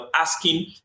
asking